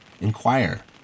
Inquire